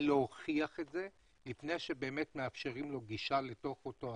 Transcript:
ולהוכיח את זה לפני שבאמת מאפשרים לו גישה לתוך אותו אתר.